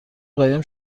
قایم